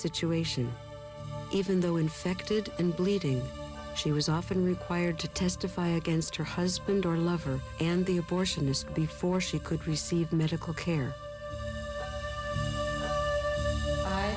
situation even though infected and bleeding she was often required to testify against her husband or lover and the abortionist before she could receive medical care